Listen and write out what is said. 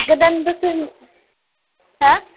गोदान बोसोर हो